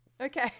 Okay